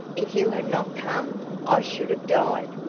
if you had not come i should have died!